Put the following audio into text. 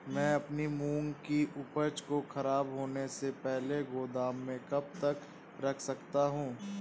मैं अपनी मूंग की उपज को ख़राब होने से पहले गोदाम में कब तक रख सकता हूँ?